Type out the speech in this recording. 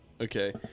okay